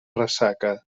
ressaca